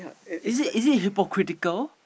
is it is it hypocritical